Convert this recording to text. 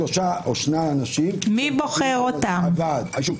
שניים-שלושה אנשים שבוחר ועד היישוב.